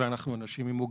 ואנחנו אנשים עם מוגבלות.